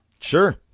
Sure